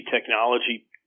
technology